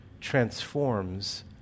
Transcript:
transforms